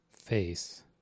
face